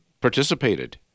participated